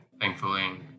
thankfully